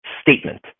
statement